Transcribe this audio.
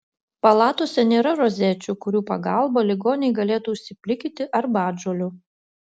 palatose nėra rozečių kurių pagalba ligoniai galėtų užsiplikyti arbatžolių